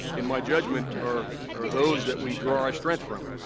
in my judgment, are are those that we draw our strength from.